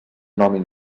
mateix